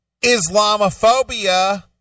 Islamophobia